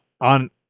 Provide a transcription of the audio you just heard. on